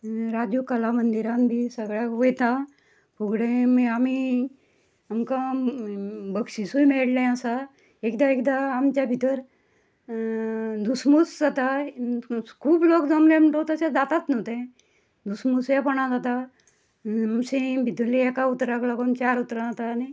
राजू कला मंदिरान बी सगळ्याक वयता फुगडे मे आमी आमकां बक्षिसूय मेळ्ळें आसा एकदां एकदां आमच्या भितर धुसमूस जाताय खूब लोग जमले म्हणटकच तशें जातात न्हय तें धुसमुसेपणां जाता अशें भितुल्लें एका उतराक लागून चार उतरां आतां आनी